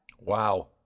Wow